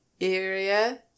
area